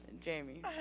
Jamie